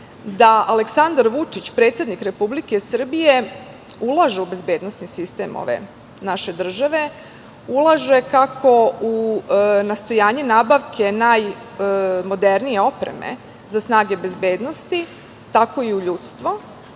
da Aleksandar Vučić, predsednik Republike Srbije ulaže u bezbednosni sistem ove naše države, ulaže kako u nastojanje nabavke najmodernije opreme za snage bezbednosti, tako i u ljudstvo,